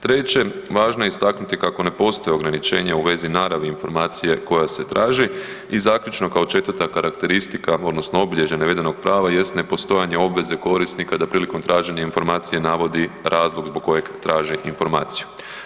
Treće, važno je istaknuti kako ne postoje ograničenja u vezi naravi informacije koja se traži i zaključno kao četvrta karakteristika odnosno obilježje navedenog prava jest ne postojanje obveze korisnika da prilikom traženja informacija navodi razlog zbog kojeg traži informaciju.